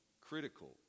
critical